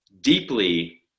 deeply